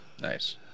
Nice